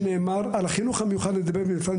על החינוך המיוחד נדבר בנפרד,